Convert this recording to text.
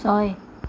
ছয়